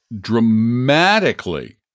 dramatically